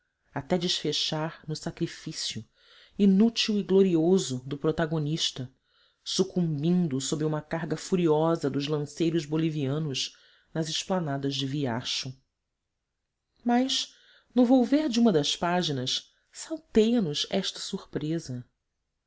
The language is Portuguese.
até desfechar no sacrifício inútil e glorioso do protagonista sucumbindo sob uma carga furiosa dos lanceiros bolivianos nas esplanadas de viacho mas no volver de uma das páginas salteia nos esta surpresa